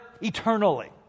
eternally